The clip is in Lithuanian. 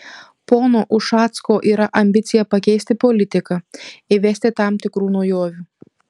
pono ušacko yra ambicija pakeisti politiką įvesti tam tikrų naujovių